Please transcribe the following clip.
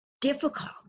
difficult